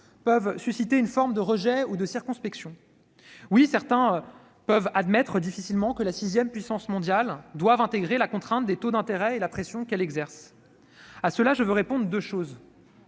peuvent susciter une forme de rejet ou de circonspection. Oui, certains d'entre vous admettent difficilement que la sixième puissance mondiale doive intégrer la contrainte des taux d'intérêt et la pression qu'elle exerce. À ceux-là, je répondrai, d'une